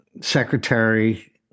secretary